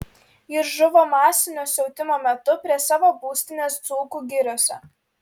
jis žuvo masinio siautimo metu prie savo būstinės dzūkų giriose